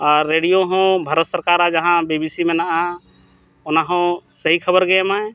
ᱟᱨ radio ᱦᱚᱸ ᱵᱷᱟᱨᱚᱛ ᱥᱚᱨᱠᱟᱨᱟᱜ ᱡᱟᱦᱟᱸ ᱵᱤᱵᱤᱥᱤ ᱢᱮᱱᱟᱜᱼᱟ ᱚᱱᱟ ᱦᱚᱸ ᱥᱮᱭ ᱠᱷᱚᱵᱚᱨᱜᱮ ᱮᱢᱟᱭ